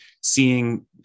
seeing